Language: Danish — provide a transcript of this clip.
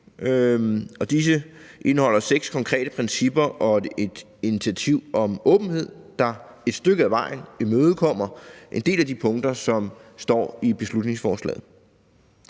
og de indeholder seks konkrete principper og et initiativ om åbenhed, der et stykke ad vejen imødekommer en del af de punkter, som står i beslutningsforslaget.